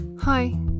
Hi